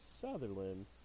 Sutherland